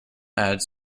ads